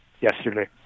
yesterday